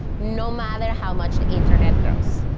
no matter how much the internet grows.